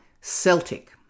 Celtic